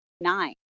nine